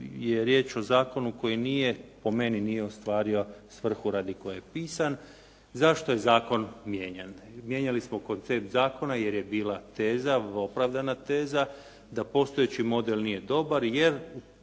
je riječ o zakonu koji nije, po meni nije ostvario svrhu radi koje je pisan. Zašto je zakon mijenjan? Mijenjali smo koncept zakona jer je bila teza, opravdana teza da postojeći model nije dobar jer